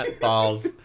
Balls